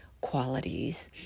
qualities